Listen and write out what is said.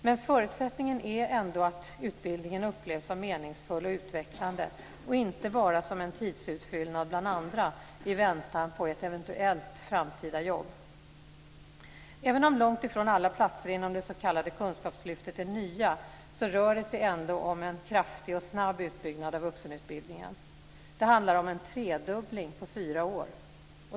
Men förutsättningen är ändå att utbildningen upplevs som meningsfull och utvecklande och inte bara som en tidsutfyllnad bland andra i väntan på ett eventuellt framtida jobb. Även om långt ifrån alla platser inom det s.k. kunskapslyftet är nya rör det sig ändå om en kraftig och snabb utbyggnad av vuxenutbildningen. Det handlar om en tredubbling på fyra år.